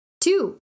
Two